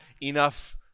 enough